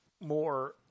more